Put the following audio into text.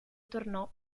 tornò